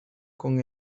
con